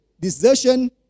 desertion